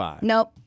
Nope